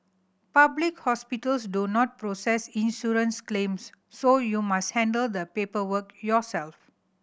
public hospitals do not process insurance claims so you must handle the paperwork yourself